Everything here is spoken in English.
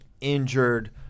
injured